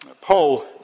Paul